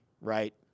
right